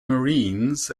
marines